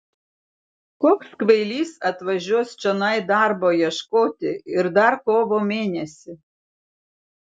koks kvailys atvažiuos čionai darbo ieškoti ir dar kovo mėnesį